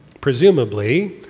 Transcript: presumably